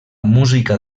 música